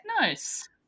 nice